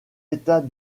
états